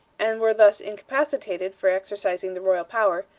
and were thus incapacitated for exercising the royal power,